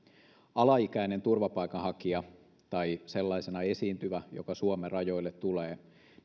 alaikäinen turvapaikanhakija tai sellaisena esiintyvä joka suomen rajoille tulee